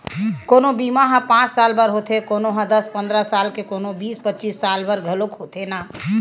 कोनो बीमा ह पाँच साल बर होथे, कोनो ह दस पंदरा साल त कोनो ह बीस पचीस साल बर घलोक होथे न